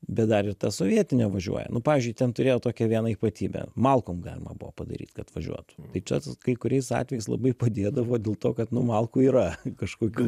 bet dar ir ta sovietinė važiuoja nu pavyzdžiui ten turėjo tokią vieną ypatybę malkom galima buvo padaryt kad važiuotų tai čia kai kuriais atvejais labai padėdavo dėl to kad nu malkų yra kažkokių